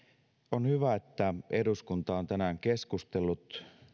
on hyvä että eduskunta on tänään keskustellut